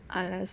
unless